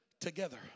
together